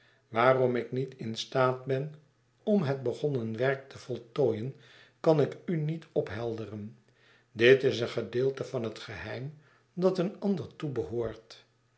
waarom ik niet in staat ben om het begonnen werk te voltooien kan ik u niet ophelderen dit is een gedeelte van het geheim dat een ander